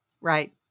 Right